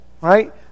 right